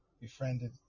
befriended